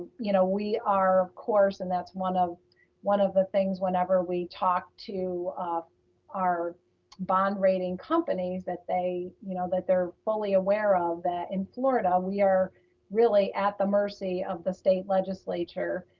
you know, we, our course, and that's one of one of the things whenever we talked to our bond rating companies that they, you know, that they're fully aware of that in florida, we are really at the mercy of the state legislature.